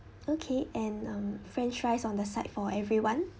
okay and um french fries on the side for everyone